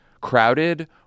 crowded